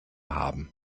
haben